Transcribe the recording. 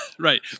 Right